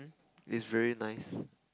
is very nice